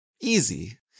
easy